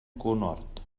conhort